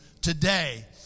today